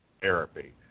therapy